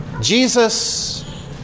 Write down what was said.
Jesus